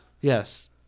Yes